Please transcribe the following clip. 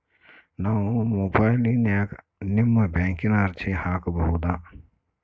ನಾವು ಮೊಬೈಲಿನ್ಯಾಗ ನಿಮ್ಮ ಬ್ಯಾಂಕಿನ ಅರ್ಜಿ ಹಾಕೊಬಹುದಾ?